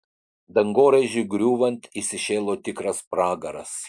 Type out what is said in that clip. dangoraižiui griūvant įsišėlo tikras pragaras